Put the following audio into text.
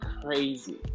crazy